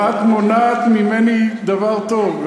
ואת מונעת ממני דבר טוב,